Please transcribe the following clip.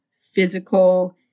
physical